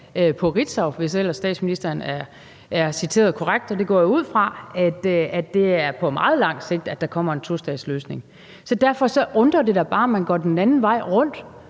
på Ritzau – hvis ellers statsministeren er citeret korrekt, og det går jeg ud fra – nemlig at det er på meget lang sigt, at der kommer en tostatsløsning. Derfor undrer det da bare, at man går den anden vej rundt,